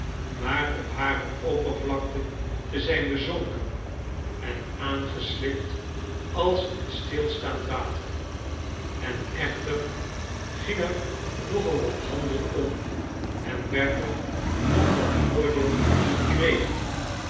maar op hare oppervlakte te zijn bezonken en aangeslibd als in stilstaand water en echter ging er nogal wat handel om en werd er nog wat voordeel verkregen